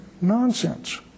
nonsense